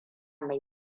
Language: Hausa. mai